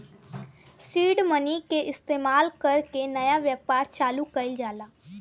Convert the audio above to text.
seed money के इस्तमाल कर के नया व्यापार चालू कइल जाला